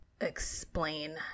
explain